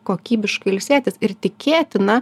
kokybiškai ilsėtis ir tikėtina